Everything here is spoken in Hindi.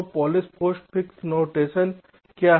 तो पॉलिश पोस्टफिक्स नोटेशन क्या है